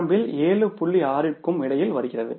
6 க்கும் இடையில் வருகிறது